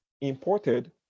imported